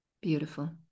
Beautiful